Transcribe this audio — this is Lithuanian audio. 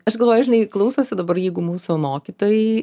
aš galvoju žinai klausosi dabar jeigu mūsų mokytojai